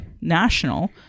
national